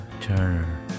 Turner